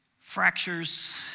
fractures